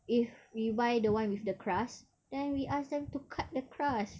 if we buy the one with the crust then we ask them to cut the crust